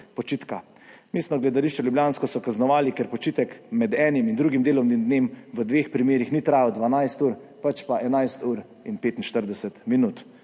počitka. Mestno gledališče ljubljansko so kaznovali, ker počitek med enim in drugim delovnim dnem v dveh primerih ni trajal 12 h, pač pa 11 h in 45 min.